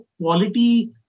quality